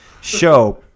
show